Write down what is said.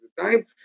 time